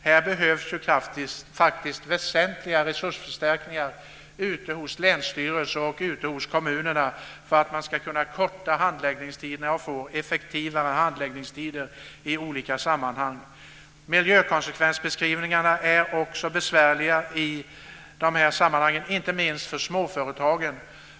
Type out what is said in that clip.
Det behövs väsentliga resursförstärkningar vid länsstyrelserna och i kommunerna för att handläggningstiderna ska kunna kortas och bli effektivare. Miljökonsekvensbeskrivningarna är också besvärliga, inte minst för småföretagen.